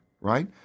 right